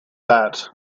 that